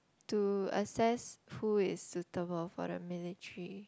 to assess who is suitable for the military